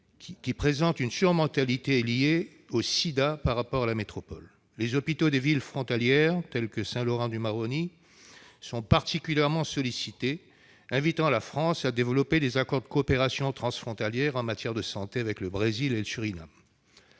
présente une surmortalité liée au sida par rapport à la métropole. Les hôpitaux des villes frontalières telles que Saint-Laurent-du-Maroni sont particulièrement sollicités. Cela invite la France à développer des accords de coopération transfrontalière en matière de santé avec le Brésil et le Suriname.